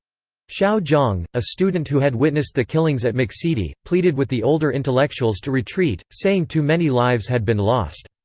shao jiang, a student who had witnessed the killings at muxidi, pleaded with the older intellectuals to retreat, saying too many lives had been lost.